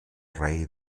rei